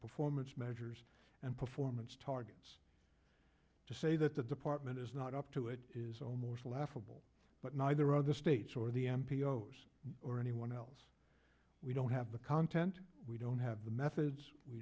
performance measures and performance targets to say that the department is not up to it is almost laughable but neither are the states or the m p o or anyone else we don't have the content we don't have the methods we